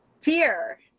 fear